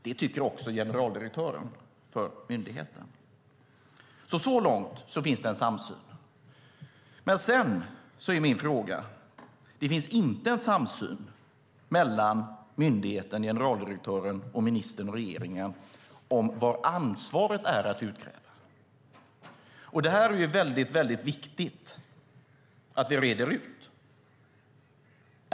Det tycker också generaldirektören för myndigheten. Så långt finns det en samsyn. Men sedan har jag en fråga. Det finns inte någon samsyn mellan myndigheten och generaldirektören och ministern och regeringen på var ansvaret är att utkräva. Det är viktigt att vi reder ut detta.